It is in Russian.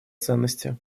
ценности